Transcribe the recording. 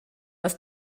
ist